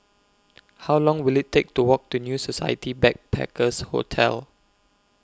How Long Will IT Take to Walk to New Society Backpackers' Hotel